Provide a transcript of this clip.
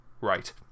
right